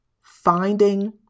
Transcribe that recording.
finding